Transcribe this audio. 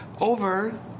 over